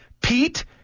Pete